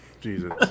Jesus